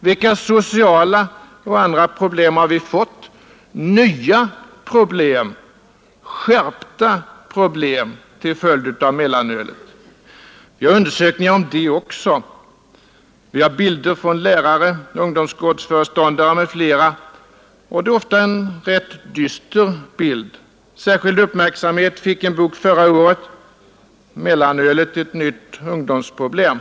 Vilka sociala och andra problem har vi fått — nya problem, skärpta problem — till följd av mellanölet? Vi har undersökningar om det också. Vi har bilder från lärare, ungdomsgårdsföreståndare m.fl., och det är ofta rätt dystra bilder. Särskild uppmärksamhet fick en bok förra året: Mellanölet — ett nytt ungdomsproblem.